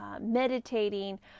meditating